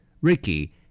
Ricky